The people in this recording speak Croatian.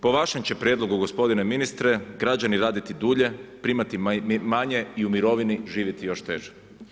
Po vašem će prijedlogu gospodine ministre, građani raditi dulje, primati manje i u mirovini živjeti još teže.